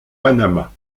panama